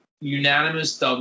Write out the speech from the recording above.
unanimous